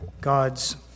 God's